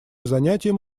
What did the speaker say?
занятием